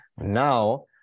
Now